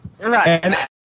Right